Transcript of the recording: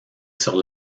sur